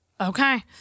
Okay